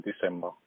December